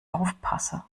aufpasse